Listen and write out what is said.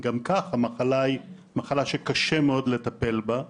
גם כך המחלה היא מחלה שקשה מאוד לטפל בה,